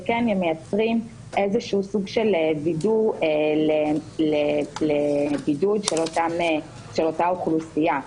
שמייצרים סוג של וידוא לבידוד של אותה אוכלוסייה,